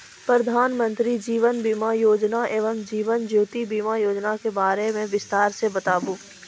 प्रधान मंत्री जीवन सुरक्षा बीमा योजना एवं जीवन ज्योति बीमा योजना के बारे मे बिसतार से बताबू?